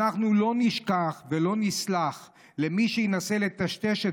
אנחנו לא נשכח ולא נסלח למי שינסה לטשטש את